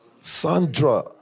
Sandra